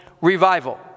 revival